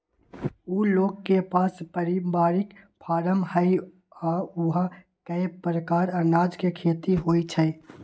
उ लोग के पास परिवारिक फारम हई आ ऊहा कए परकार अनाज के खेती होई छई